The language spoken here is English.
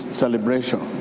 celebration